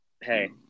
hey